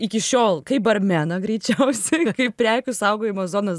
iki šiol kaip barmeną greičiausia kaip prekių saugojimo zonos